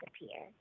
disappear